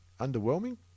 underwhelming